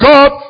God